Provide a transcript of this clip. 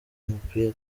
umupira